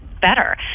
better